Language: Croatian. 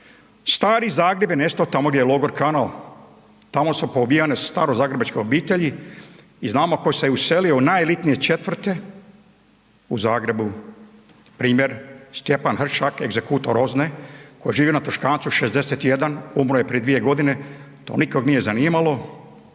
Stari Zagreb je nestao tamo gdje je logor .../Govornik se ne razumije./... tamo su poubijane starozagrebačke obitelji i znamo i tko se uselio u najelitnije četvrti u Zagrebu. Primjer, Stjepan Hršak, egzekutor OZNA-e koji živi na Tuškancu 61, umro je prije 2 godine, to nikog nije zanimalo.